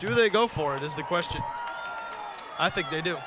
do they go for it is the question i think they do